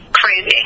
Crazy